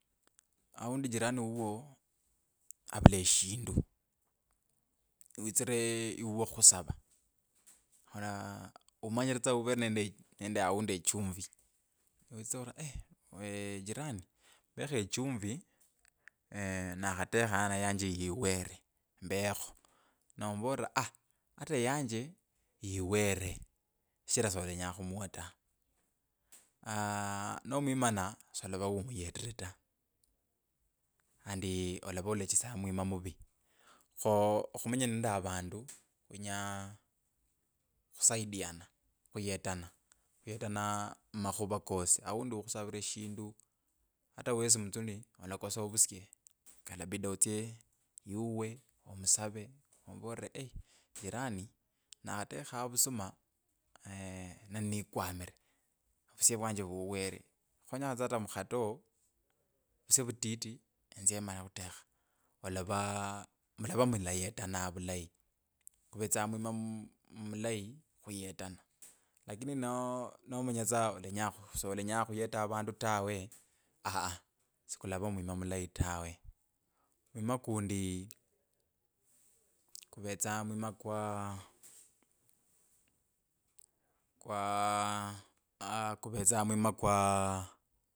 Aundi jirani wuwo avula eshindu witsire iwuwo khukhusava na umanyire tsa uvere nende nende echumbi, witsire tsa ari eeeh jirani mbekho echumvi nakhatekha neyanje i were mbekho. Nomuvolera ori aaa ata enyanje iwere shichira solenya khumuwa ta, khandi olava olechesyanga omwima muvi kho okhumenya nende avandu khwinya khusaidiana khuyetana khuyetana mumakhuva kosi aundi khusavide shindu ata wesi mutsuli olakosa ovushe kalabida otsye ivwe omisave omuvolere aii jirani nakhatekha vusum na nikwamire vusye vyanje vuwere khonyakho ata mukhatoo vusye vutiti enzye emale khulekha, mwima mu mulayi khuyetana lakini no nomenya tsa solenya khuyeta avundu tawe aa sukulava omwima mulayi tawe mwima kundi kuvetsa mwima kwa kwa aaa kuvetsa mwima kwa.